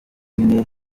bine